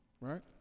right